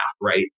right